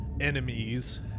enemies